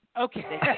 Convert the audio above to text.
Okay